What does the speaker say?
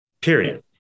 period